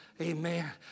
Amen